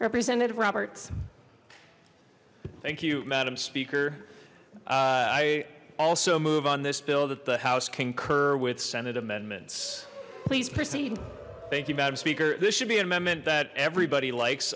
representative roberts thank you madam speaker i also move on this bill that the house concur with senate amendments please proceed thank you madam speaker this should be an amendment that everybody likes